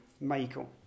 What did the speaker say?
Michael